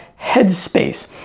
headspace